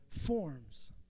forms